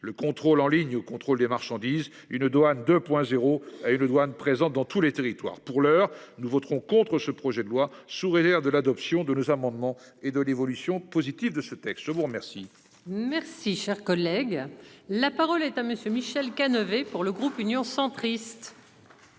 le contrôle en ligne au contrôle des marchandises une douane 2.0 a eu le droit ne présente dans tous les territoires. Pour l'heure, nous voterons contre ce projet de loi sourire de l'adoption de nos amendements et de l'évolution positive de ce texte. Je vous remercie. Merci, cher collègue, la parole est à monsieur Michel à neuf pour le groupe Union centriste.